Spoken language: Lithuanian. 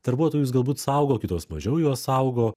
darbuotojus galbūt saugo kitos mažiau juos saugo